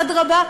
אדרבה,